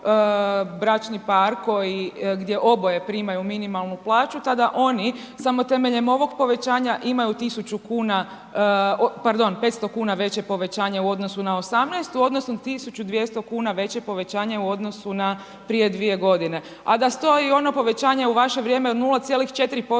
bračni par gdje oboje primaju minimalnu plaću tada oni, samo temeljem ovog povećanja imaju 1.000 kuna, pardon 500 kuna veće povećanja u odnosu na '18. odnosno 1.200 kuna veće povećanje u odnosu na prije dvije godine. A da stoji ono povećanje u vaše vrijeme od 0,4%